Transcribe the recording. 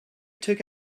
took